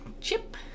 Chip